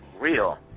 real